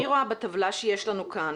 אני רואה בטבלה שיש לנו כאן,